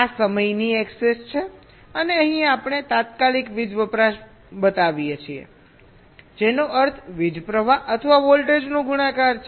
આ સમયની એક્સેસ છે અને અહીં આપણે તાત્કાલિક વીજ વપરાશ બતાવીએ છીએ જેનો અર્થ વીજ પ્રવાહ અને વોલ્ટેજનો ગુણાકાર છે